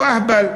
הוא אהבל.